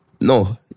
No